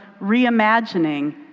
reimagining